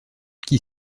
qui